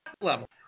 level